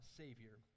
savior